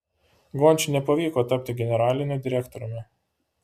gončiui nepavyko tapti generaliniu direktoriumi